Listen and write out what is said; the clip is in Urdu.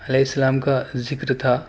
علیہ السلام کا ذکر تھا